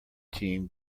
team